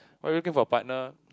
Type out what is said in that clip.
why you looking for a partner